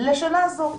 לשנה זו.